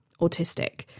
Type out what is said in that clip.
autistic